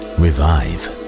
revive